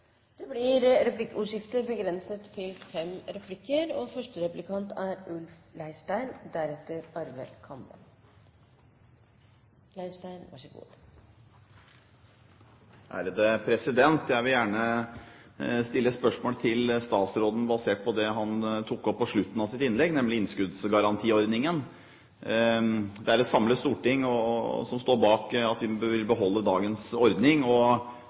Det blir replikkordskifte. Jeg vil gjerne stille spørsmål til statsråden basert på det han tok opp på slutten av sitt innlegg, nemlig innskuddsgarantiordningen. Et samlet storting står bak at vi vil beholde dagens ordning.